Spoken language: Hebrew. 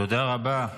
תודה רבה.